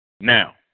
Now